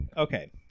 Okay